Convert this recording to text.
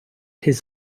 his